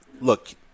look